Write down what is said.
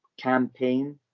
campaign